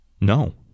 No